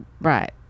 Right